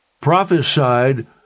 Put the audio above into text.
prophesied